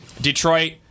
Detroit